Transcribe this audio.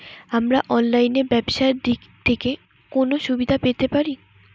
আমরা অনলাইনে ব্যবসার দিক থেকে কোন সুবিধা পেতে পারি?